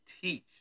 teach